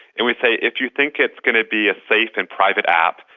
and we say if you think it's going to be a safe and private app,